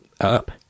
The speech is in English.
up